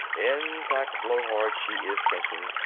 in fact, blowhard, she is sinking.